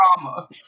drama